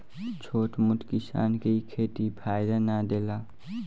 छोट मोट किसान के इ खेती फायदा ना देला